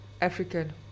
African